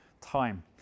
time